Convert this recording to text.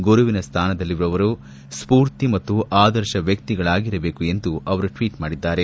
ಗುರುವಿನ ಸ್ಥಾನದಲ್ಲಿರುವವರು ಸ್ಪೂರ್ತಿ ಮತ್ತು ಆದರ್ಶ ವ್ಲಕ್ತಿಗಳಾಗಿರಬೇಕು ಎಂದು ಅವರು ಟ್ವೀಟ್ ಮಾಡಿದ್ದಾರೆ